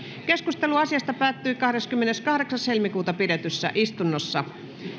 keskustelu asiasta päättyi kahdeskymmeneskahdeksas toista kaksituhattayhdeksäntoista pidetyssä täysistunnossa